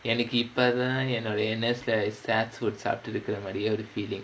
எனக்கு இப்பதா என்னோட:enakku ippathaa ennoda N_S leh snack food சாப்ட்டு இருக்கறமாரி ஒரு:saappttu irukkaramaari oru feeling